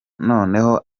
noneho